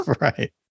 right